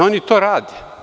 Oni to rade.